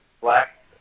black